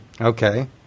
okay